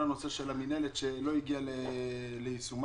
לגבי המינהלת, שלא הגיעה ליישום,